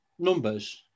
numbers